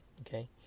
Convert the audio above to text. okay